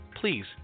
Please